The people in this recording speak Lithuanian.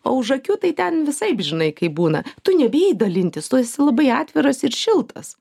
o už akių tai ten visaip žinai kaip būna tu nebijai dalintis tu esi labai atviras ir šiltas